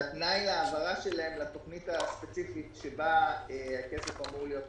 והתנאי להעברה שלהם לתוכנית הספציפית שבה הכסף אמור להיות מוקצה,